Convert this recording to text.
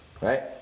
right